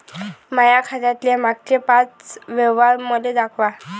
माया खात्यातले मागचे पाच व्यवहार मले दाखवा